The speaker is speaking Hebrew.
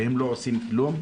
והם לא עושים כלום.